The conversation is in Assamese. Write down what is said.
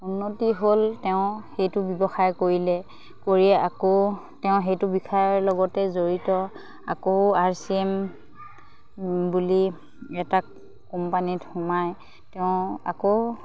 উন্নতি হ'ল তেওঁ সেইটো ব্যৱসায় কৰিলে কৰি আকৌ তেওঁ সেইটো বিষায়ৰ লগতে জড়িত আকৌ আৰ চি এম বুলি এটা কোম্পানীত সোমাই তেওঁ আকৌ